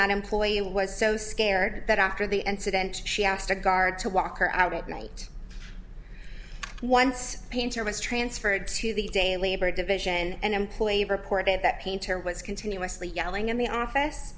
that employee was so scared that after the incident she asked a guard to walker out at night once painter was transferred to the day labor division an employee reported that painter was continuously yelling in the office